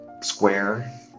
square